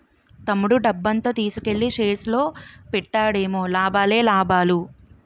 తమ్ముడు డబ్బంతా తీసుకెల్లి షేర్స్ లో పెట్టాడేమో లాభాలే లాభాలు